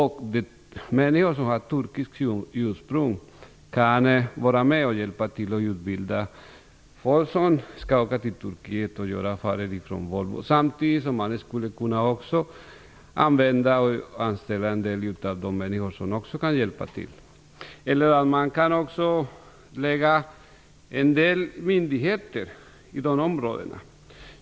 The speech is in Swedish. Människor av turkiskt ursprung kan då vara med och hjälpa till med att utbilda dem som skall åka till Turkiet för att göra affärer för Volvo. Samtidigt skulle man kunna använda och anställa människor, som då också kan hjälpa till. Man kan även förlägga en del myndigheter till de här områdena.